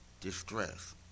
Distress